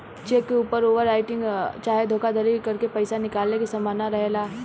check के ऊपर overwriting चाहे धोखाधरी करके पईसा निकाले के संभावना रहेला